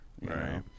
Right